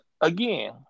again –